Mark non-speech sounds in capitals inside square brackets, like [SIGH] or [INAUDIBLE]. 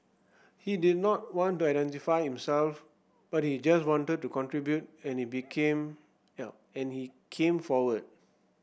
he did not want to identify himself but he just wanted to contribute and he became [UNINTELLIGIBLE] and he came forward